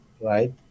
Right